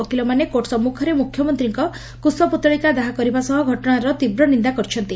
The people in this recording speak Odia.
ଓକିଲମାନେ କୋର୍ଚ ସମ୍ମଖରେ ମୁଖ୍ୟମନ୍ତୀଙ୍କ କୁଶପୁତଳିକା ଦାହ କରିବା ସହ ଘଟଣାର ତୀବ୍ର ନିଦା କରିଛନ୍ତି